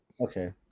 okay